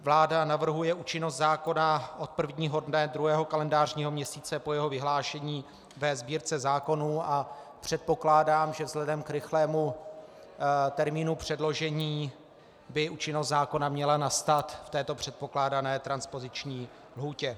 Vláda navrhuje účinnost zákona od prvního dne druhého kalendářního měsíce po jeho vyhlášení ve Sbírce zákonů a předpokládám, že vzhledem k rychlému termínu předložení by účinnost zákona měla nastat v této předpokládané transpoziční lhůtě.